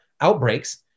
outbreaks